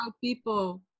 people